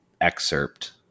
excerpt